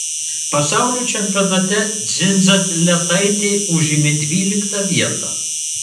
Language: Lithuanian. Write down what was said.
pasaulio čempionate dzindzaletaitė užėmė dvyliktą vietą